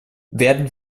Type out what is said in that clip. werden